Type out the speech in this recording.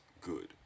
good